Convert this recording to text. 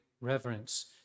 reverence